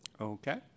Okay